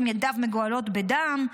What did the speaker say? ידיו מגואלות בדם,